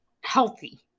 healthy